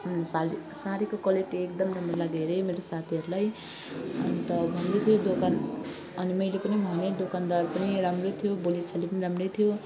अनि साडी साडीको क्वालिटी एकदम राम्रो लाग्यो अरे मेरो साथीहरूलाई अन्त भन्दै थियो दोकान अनि मैले पनि भने दोकानदार पनि राम्रै थियो बोली चाली पनि राम्रो थियो